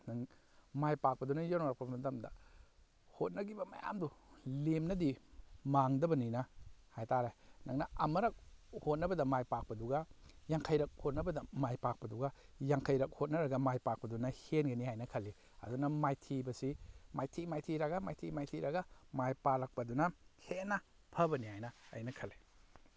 ꯅꯪ ꯃꯥꯏꯄꯥꯛꯄꯗꯨꯅ ꯌꯧꯅꯔꯛꯄ ꯃꯇꯝꯗ ꯍꯣꯠꯅꯈꯤꯕ ꯃꯌꯥꯝꯗꯣ ꯂꯦꯝꯅꯗꯤ ꯃꯥꯡꯗꯕꯅꯤꯅ ꯍꯥꯏꯇꯥꯔꯦ ꯅꯪꯅ ꯑꯃꯨꯔꯛ ꯍꯣꯠꯅꯕꯗ ꯃꯥꯏ ꯄꯥꯛꯄꯗꯨꯒ ꯌꯥꯡꯈꯩꯔꯛ ꯍꯣꯠꯅꯕꯗ ꯃꯥꯏꯄꯥꯛꯄꯗꯨꯒ ꯌꯥꯡꯈꯩꯔꯛ ꯍꯣꯠꯅꯔꯒ ꯃꯥꯏꯄꯥꯛꯄꯗꯨꯅ ꯍꯦꯟꯒꯅꯤ ꯍꯥꯏꯅ ꯈꯜꯂꯤ ꯑꯗꯨꯅ ꯃꯥꯏꯊꯤꯕꯁꯤ ꯃꯥꯏꯊꯤ ꯃꯥꯏꯊꯤꯔꯒ ꯃꯥꯏꯊꯤ ꯃꯥꯏꯊꯤꯔꯒ ꯃꯥꯏꯄꯥꯛꯂꯛꯄꯗꯨꯅ ꯍꯦꯟꯅ ꯐꯕꯅꯤ ꯍꯥꯏꯅ ꯑꯩꯅ ꯈꯜꯂꯤ